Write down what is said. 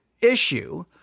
issue